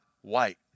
white